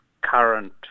current